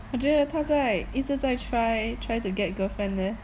我觉得他在一直在 try try to get girlfriend leh